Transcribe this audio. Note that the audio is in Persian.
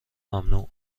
ممنوع